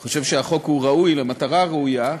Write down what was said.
אני חושב שהחוק הוא ראוי, למטרה הראויה,